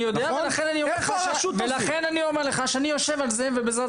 אני יודע ולכן אני אומר לך שאני יושב על זה ובעזרת השם זה יקרה.